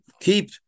keep